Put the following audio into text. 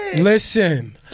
Listen